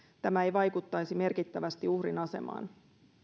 tämä ei vaikuttaisi merkittävästi uhrin asemaan